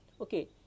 okay